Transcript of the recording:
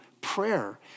prayer